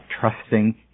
trusting